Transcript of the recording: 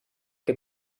que